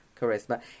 charisma